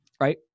right